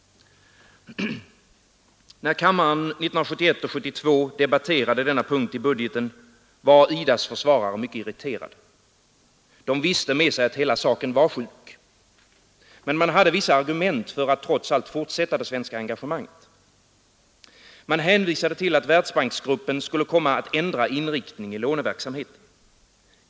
När kammaren 1971 och 1972 debatterade denna punkt i budgeten var IDA:s försvarare mycket irriterade. De visste med sig att hela saken var sjuk. Men man hade vissa argument för att trots allt fortsätta det svenska engagemanget. Man hänvisade till att Världsbanksgruppen skulle komma att ändra inriktning i låneverksamheten.